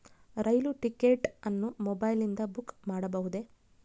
ರೈಲು ticket ಅನ್ನು ಮೊಬೈಲಿಂದ book ಮಾಡಬಹುದೆ?